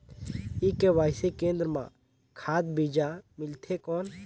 ई व्यवसाय केंद्र मां खाद बीजा मिलथे कौन?